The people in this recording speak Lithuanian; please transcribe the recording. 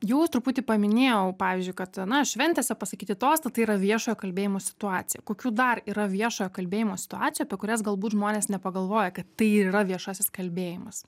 jau truputį paminėjau pavyzdžiui kad na šventėse pasakyti tostą tai yra viešojo kalbėjimo situacija kokių dar yra viešojo kalbėjimo situacijų apie kurias galbūt žmonės nepagalvoja kad tai ir yra viešasis kalbėjimas